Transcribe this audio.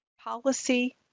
policy